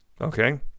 Okay